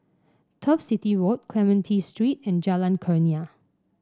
Turf City Road Clementi Street and Jalan Kurnia